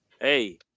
hey